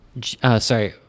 sorry